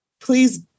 please